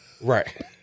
Right